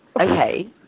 okay